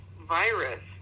virus